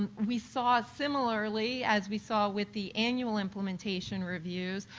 um we saw similarly as we saw with the annual implementation reviews,